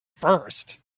first